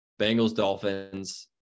Bengals-Dolphins